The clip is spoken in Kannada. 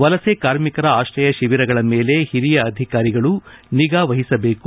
ವಲಸೆ ಕಾರ್ಮಿಕರ ಆಶ್ರಯ ಶಿಬಿರಗಳ ಮೇಲೆ ಓರಿಯ ಅಧಿಕಾರಿಗಳು ನಿಗಾ ವಹಿಸಬೇಕು